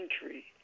country